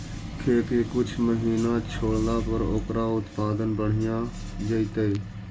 खेत के कुछ महिना छोड़ला पर ओकर उत्पादन बढ़िया जैतइ?